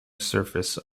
surface